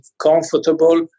comfortable